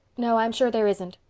no, i'm sure there isn't.